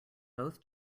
both